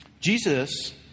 Jesus